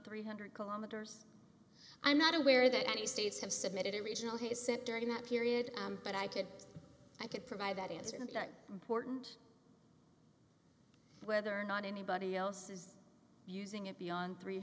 three hundred kilometers i'm not aware that any states have submitted it regional has sent during that period but i could i could provide that isn't that important whether or not anybody else is using it beyond three